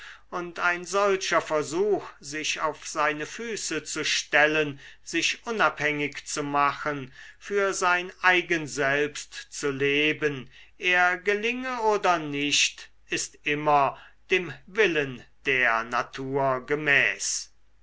und ein solcher versuch sich auf seine füße zu stellen sich unabhängig zu machen für sein eigen selbst zu leben er gelinge oder nicht ist immer dem willen der natur gemäß